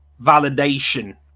validation